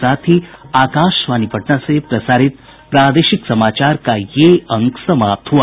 इसके साथ ही आकाशवाणी पटना से प्रसारित प्रादेशिक समाचार का ये अंक समाप्त हुआ